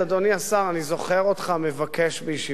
אני זוכר אותך מבקש בישיבות ממשלה,